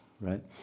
right